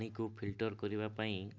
ପାଣିକୁ ଫିଲ୍ଟର କରିବା ପାଇଁ